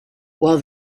well